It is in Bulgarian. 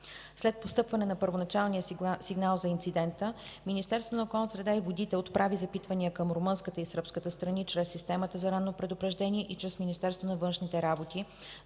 След постъпване на първоначалния сигнал за инцидента, Министерството на околната среда и водите отправи запитвания към румънската и сръбската страни чрез Системата за ранно предупреждение и чрез Министерството на външните работи